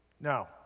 Now